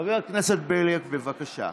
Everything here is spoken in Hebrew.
חבר הכנסת בליאק, בבקשה.